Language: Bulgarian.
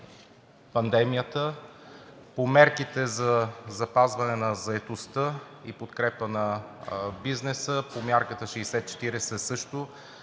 пандемията. По мерките за запазване на заетостта и подкрепа на бизнеса по мярката 60/40 също